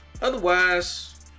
Otherwise